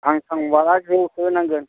आं थांब्ला ज' होनांगोन